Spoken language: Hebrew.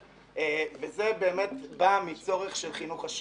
וזה באמת בא מצורך של חינוך השוק.